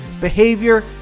behavior